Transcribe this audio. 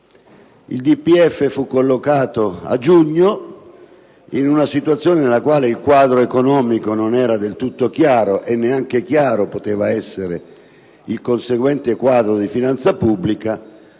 il DPEF fu collocato a giugno, in una situazione nella quale il quadro economico non era del tutto chiaro, come non era chiaro, perché non poteva esserlo, il conseguente quadro di finanza pubblica,